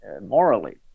morally